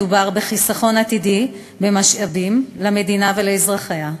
מדובר בחיסכון עתידי במשאבים למדינה ולאזרחיה.